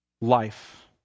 life